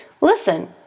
Listen